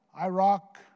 Iraq